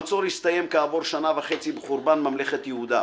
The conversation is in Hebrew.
המצור הסתיים כעבור שנה וחצי בחורבן ממלכת יהודה,